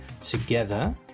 together